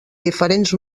diferents